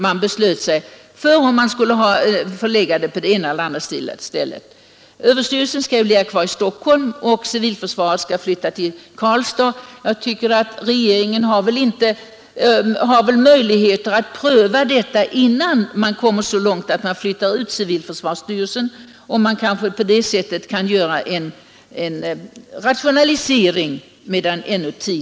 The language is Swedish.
Överstyrelsen för ekonomiskt försvar skall ju ligga kvar i Stockholm och civilförsvarsstyrelsen flytta till Karlstad. Regeringen har möjlighet att pröva frågan om en sammanslagning, innan civilförsvarsstyrelsen flyttat ut, och göra denna rationalisering medan tid är.